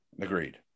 Agreed